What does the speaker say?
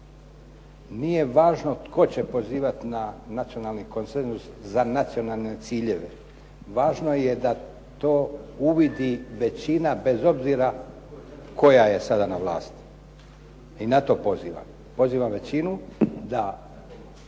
Nije važno tko će pozivati na nacionalni konsenzus za nacionalne ciljeve, važno je da to uvidi većina bez obzira koja je sada na vlasti i na to pozivam. Pozivam većinu da